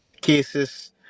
cases